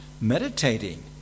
meditating